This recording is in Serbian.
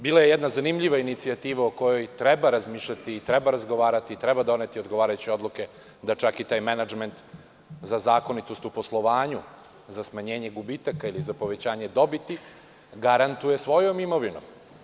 Bila je jedna zanimljiva inicijativa o kojoj treba razmišljati i razgovarati i treba doneti odgovarajuće odluke, da čak i taj menadžment za zakonitost u poslovanju, za smanjenje gubitaka ili povećanje dobiti garantuje svojom imovinom.